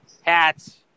hats